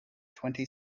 twenty